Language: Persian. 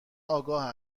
آگاه